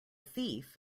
thief